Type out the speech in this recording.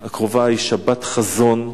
הקרובה היא שבת חזון,